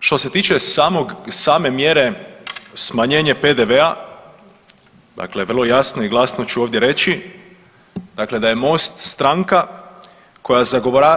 Što se tiče same mjere smanjenje PDV-a, dakle vrlo jasno i glasno ću ovdje reći, dakle da je MOST stranka koja